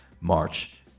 March